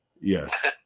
Yes